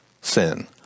sin